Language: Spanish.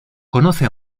conoce